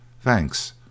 Thanks